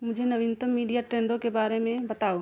मुझे नवीनतम मीडिया ट्रेंडों के बारे में बताओ